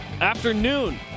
afternoon